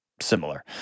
similar